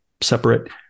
separate